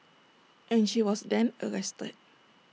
and she was then arrested